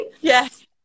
Yes